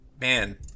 man